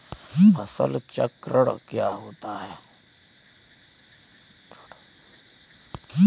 फसल चक्रण क्या होता है?